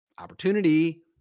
opportunity